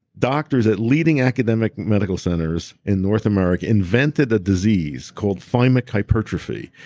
doctors at leading academic medical centers in north america invented a disease called thymic hypertrophy.